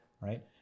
Right